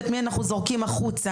ואת מי אנחנו זורקים החוצה.